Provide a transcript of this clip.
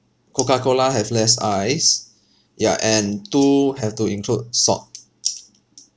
coca cola have less ice ya and two have to include salt